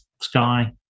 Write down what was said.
Sky